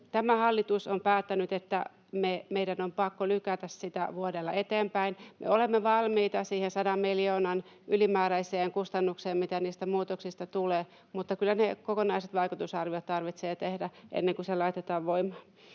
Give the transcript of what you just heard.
tämä hallitus on päättänyt, että meidän on pakko lykätä sitä vuodella eteenpäin. [Eduskunnasta: Eli te heikennätte?] Me olemme valmiita siihen 100 miljoonan ylimääräiseen kustannukseen, mitä niistä muutoksista tulee, mutta kyllä ne kokonaisvaikutusarviot tarvitsee tehdä, ennen kuin se laitetaan voimaan.